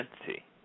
entity